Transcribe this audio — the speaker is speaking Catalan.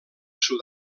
sud